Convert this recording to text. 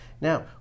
Now